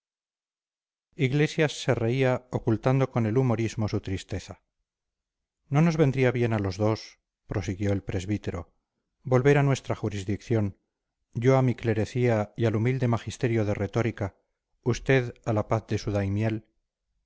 iglesias se reía ocultando con el humorismo su tristeza no nos vendría bien a los dos prosiguió el presbítero volver a nuestra jurisdicción yo a mi clerecía y al humilde magisterio de retórica usted a la paz de su daimiel